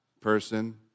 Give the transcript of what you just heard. person